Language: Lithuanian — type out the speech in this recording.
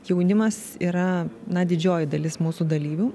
jaunimas yra na didžioji dalis mūsų dalyvių